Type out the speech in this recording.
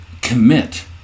commit